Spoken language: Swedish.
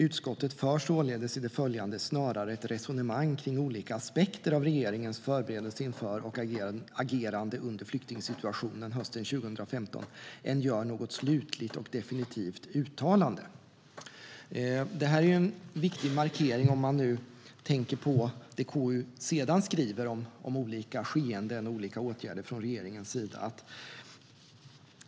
Utskottet för således i det följande snarare ett resonemang kring olika aspekter av regeringens förberedelse inför och agerande under flyktingsituationen hösten 2015 än gör något slutligt och definitivt uttalande." Det här är en viktig markering om man tänker på det KU sedan skriver om olika skeenden och olika åtgärder från regeringens sida.